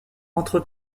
entre